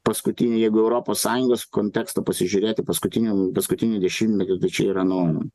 paskutinį jeigu europos sąjungos kontekstą pasižiūrėti paskutinių paskutinį dešimtmetį tai čia yra nu